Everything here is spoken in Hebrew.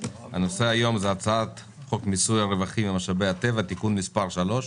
הנושא היום זה הצעת חוק מיסוי רווחים ממשאבי טבע (תיקון מס' 3),